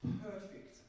perfect